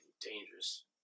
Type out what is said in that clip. dangerous